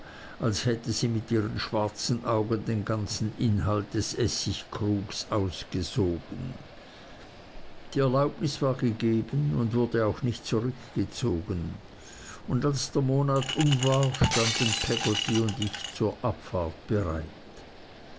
als hätte sie mit ihren schwarzen augen den ganzen inhalt des essigkrugs ausgesogen die erlaubnis war gegeben und wurde auch nicht zurückgezogen und als der monat um war standen peggotty und ich zur abfahrt bereit